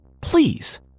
Please